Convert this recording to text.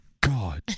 God